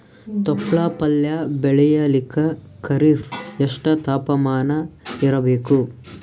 ತೊಪ್ಲ ಪಲ್ಯ ಬೆಳೆಯಲಿಕ ಖರೀಫ್ ಎಷ್ಟ ತಾಪಮಾನ ಇರಬೇಕು?